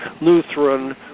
Lutheran